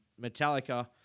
Metallica